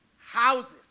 houses